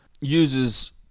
uses